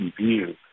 view